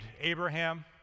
Abraham